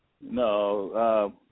no